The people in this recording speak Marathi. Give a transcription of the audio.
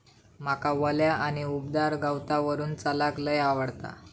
माका वल्या आणि उबदार गवतावरून चलाक लय आवडता